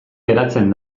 geratzen